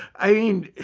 i mean,